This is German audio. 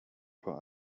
vor